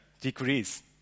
decrease